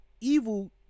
Evil